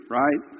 right